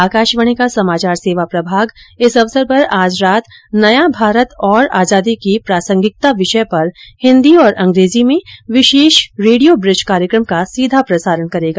आकाशवाणी का समाचार सेवा प्रभाग इस अवसर पर आज रात नया भारत और आजादी की प्रासंगिकता विषय पर हिन्दी और अंग्रेजी में विशेष रेडियो ब्रिज कार्यक्रम का सीधा प्रसारण करेगा